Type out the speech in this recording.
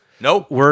Nope